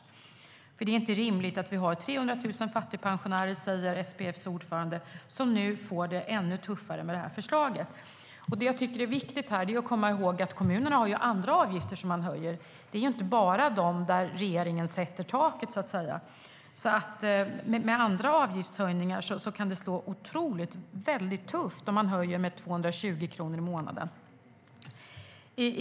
SPF:s ordförande säger att det inte är rimligt att 300 000 fattigpensionärer nu får det ännu tuffare med det förslaget. Det är viktigt att komma ihåg att kommunerna höjer andra avgifter. Det gäller inte bara de avgifter där regeringen sätter taket. Tillsammans med andra avgiftshöjningar kan en höjning med 220 kronor i månaden bli otroligt tuff.